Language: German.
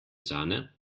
sahne